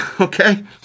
okay